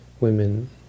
women